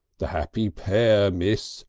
the happy pair, miss.